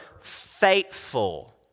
faithful